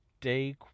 day